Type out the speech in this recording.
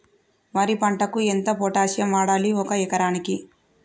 వరి పంటకు ఎంత పొటాషియం వాడాలి ఒక ఎకరానికి?